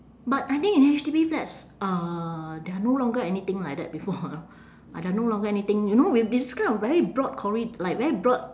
but I think in H_D_B flats uh there are no longer anything like that before ah are there no longer anything you know with these kind of very broad corri~ like very broad